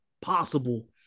possible